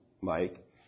Mike